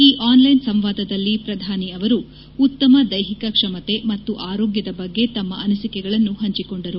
ಈ online ಸಂವಾದದಲ್ಲಿ ಪ್ರಧಾನಿ ಅವರು ಉತ್ತಮ ದೈಹಿಕ ಕ್ಷಮತೆ ಮತ್ತು ಆರೋಗ್ಯದ ಬಗ್ಗೆ ತಮ್ಮ ಅನಿಸಿಕೆಗಳನ್ನು ಹಂಚಿಕೊಂಡರು